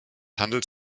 handelt